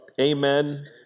amen